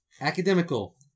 Academical